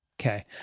Okay